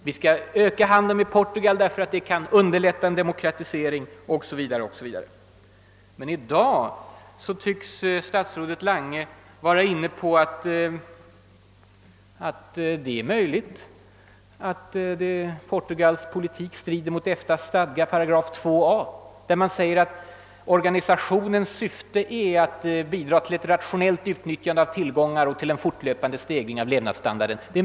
Vi bör i stället öka handeln med Portugal eftersom det underlättar en demokratisering, har det hetat. Men i dag tycks statsrådet Lange anse att det är tänkbart att Portugals politik strider mot EFTA:s stadga, § 2.a, där det sägs, att organisationens syfte är att bidra till ett »rationellt utnyttjande av tillgångar» och till en »fortlöpande stegring av levnadsstandarden».